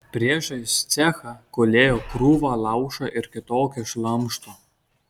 priešais cechą gulėjo krūva laužo ir kitokio šlamšto